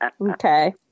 Okay